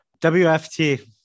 WFT